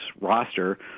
roster